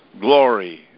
Glory